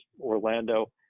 Orlando